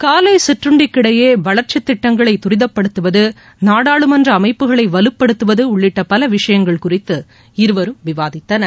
காலை சிற்றுண்டிக்கு இடையே வளர்ச்சித் திட்டங்களை தரிதப்படுத்துவது நாடாளுமன்ற அமைப்புகளை வலுப்படுத்துவது உள்ளிட்ட பல விஷயங்கள் குறித்து இருவரும் விவாதித்தனர்